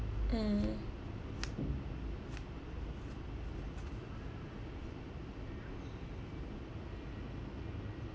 mm